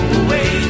away